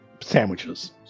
Sandwiches